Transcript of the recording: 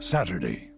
Saturday